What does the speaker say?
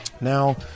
Now